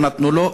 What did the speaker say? ולא נתנו לו.